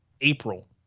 April